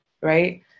right